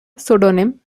pseudonym